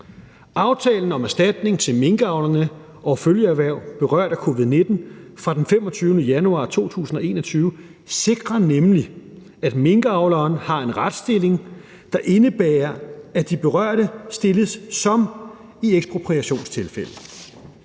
Aftalen om erstatning til minkavlerne og følgeerhverv berørt af covid-19 fra den 25. januar 2021 sikrer nemlig, at minkavlerne har en retsstilling, der indebærer, at de berørte stilles som i ekspropriationstilfælde,